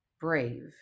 brave